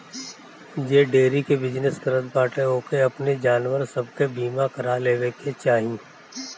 जे डेयरी के बिजनेस करत बाटे ओके अपनी जानवर सब के बीमा करवा लेवे के चाही